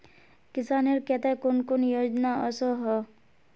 किसानेर केते कुन कुन योजना ओसोहो?